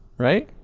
right?